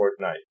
Fortnite